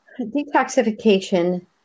detoxification